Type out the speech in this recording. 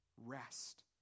rest